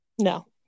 no